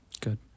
Good